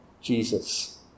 Jesus